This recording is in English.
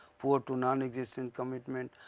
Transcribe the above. poor to nonexistent commitment,